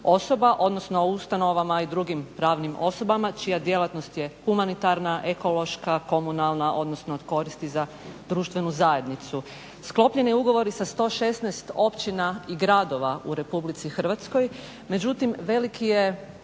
osoba, odnosno ustanovama i drugim pravnim osobama čija djelatnost je humanitarna, ekološka, komunalna, odnosno od koristi za društvenu zajednicu. Sklopljen je ugovor sa 116 općina i gradova u RH, međutim velik je